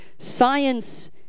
Science